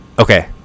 okay